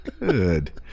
Good